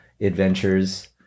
adventures